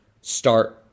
start